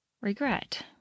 regret